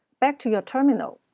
back to your terminal,